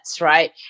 right